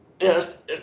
Yes